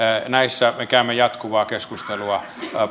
näistä me käymme jatkuvaa keskustelua